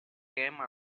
game